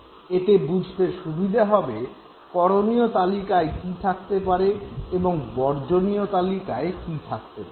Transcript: এতে বুঝতে সুবিধা হবে করণীয় তালিকায় কী থাকতে পারে এবং বর্জনীয় তালিকায় কী থাকতে পারে